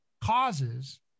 causes